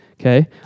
okay